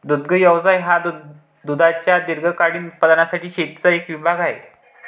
दुग्ध व्यवसाय हा दुधाच्या दीर्घकालीन उत्पादनासाठी शेतीचा एक विभाग आहे